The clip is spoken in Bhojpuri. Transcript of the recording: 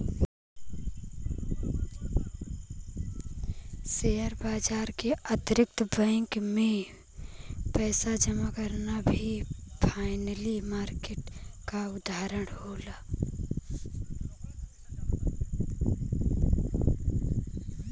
शेयर बाजार के अतिरिक्त बैंक में पइसा जमा करना भी फाइनेंसियल मार्किट क उदाहरण हउवे